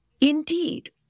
indeed